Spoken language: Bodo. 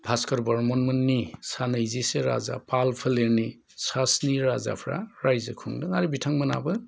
भास्कर बर्मन मोननि सानैजिसे राजा फाल फोलेरनि सास्नि राजाफ्रा रायजो खुंदों आरो बिथांमोनाबो